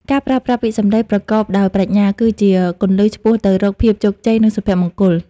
ការប្រើប្រាស់ពាក្យសម្ដីប្រកបដោយប្រាជ្ញា គឺជាគន្លឹះឆ្ពោះទៅរកភាពជោគជ័យ និងសុភមង្គល។